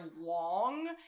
long